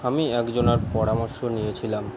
আমি একজনার পরামর্শ নিয়েছিলাম